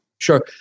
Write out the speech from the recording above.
Sure